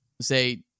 say